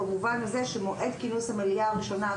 במובן הזה שמועד כינוס המליאה הראשונה,